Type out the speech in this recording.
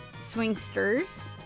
Swingsters